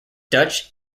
dutch